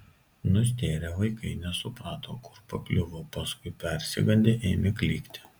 nustėrę vaikai nesuprato kur pakliuvo paskui persigandę ėmė klykti